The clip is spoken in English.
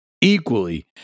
equally